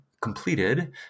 completed